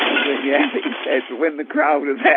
he went, yeah, but he said, when the crowd are there,